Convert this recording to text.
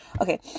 Okay